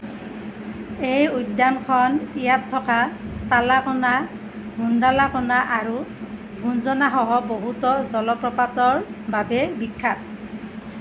এই উদ্যানখন ইয়াত থকা তালাকোনা গুণ্ডালাকোনা আৰু গুঞ্জনাসহ বহুতো জলপ্ৰপাতৰ বাবে বিখ্যাত